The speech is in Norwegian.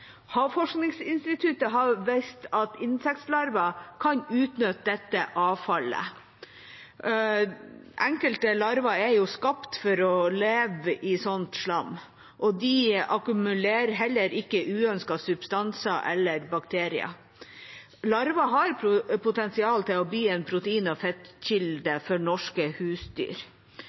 Havforskningsinstituttet har vist at insektlarver kan utnytte dette avfallet. Enkelte larver er skapt for å leve i sånt slam, og de akkumulerer heller ikke uønskede substanser eller bakterier. Larver har potensial til å bli en protein- og fettkilde for norske husdyr.